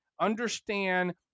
understand